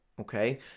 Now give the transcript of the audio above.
okay